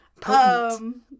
potent